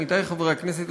עמיתי חברי הכנסת,